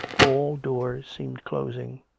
all doors seemed closing,